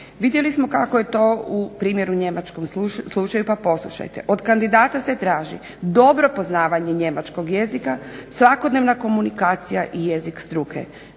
Vidjeli smo kako je to u primjeru Njemačkom slučaju, pa poslušajte. Od kandidata se traži dobro poznavanje Njemačkog jezika, svakodnevna komunikacija i jezik struke.